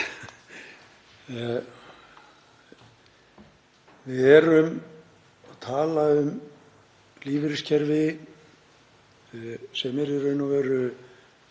Við erum að tala um lífeyriskerfi sem er í raun og veru